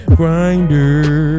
grinder